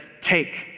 take